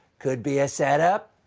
could be a set up?